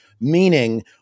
Meaning